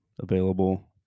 available